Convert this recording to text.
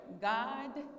God